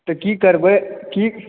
तऽ की करबै